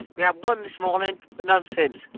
we had one this morning but none since.